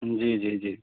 जी जी जी